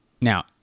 Now